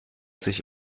sich